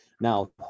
Now